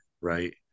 Right